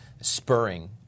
spurring